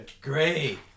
great